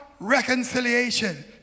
reconciliation